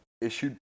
issued